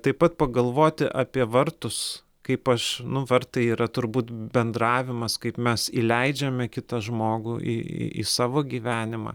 taip pat pagalvoti apie vartus kaip aš nu vartai yra turbūt bendravimas kaip mes įleidžiame kitą žmogų į į į savo gyvenimą